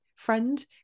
friend